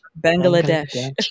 Bangladesh